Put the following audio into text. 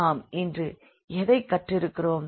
நாம் இன்று எதைக் கற்றிருக்கிறோம்